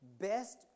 best